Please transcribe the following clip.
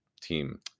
team